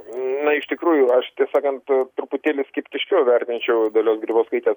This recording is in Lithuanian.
na iš tikrųjų aš tiesakant truputėlį skeptiškiau vertinčiau dalios grybauskaitės